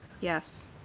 Yes